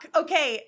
okay